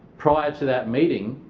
prior to that meeting,